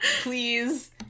Please